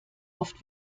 oft